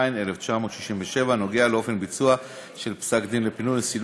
אנחנו עוברים להחלטת ועדת הפנים והגנת הסביבה בדבר פיצול